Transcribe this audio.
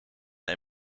hij